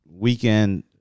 weekend